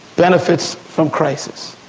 benefits from crisis,